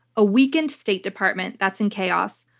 a weakened state department that's in chaos,